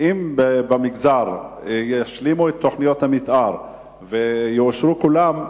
אם במגזר ישלימו את תוכניות המיתאר והן יאושרו כולן,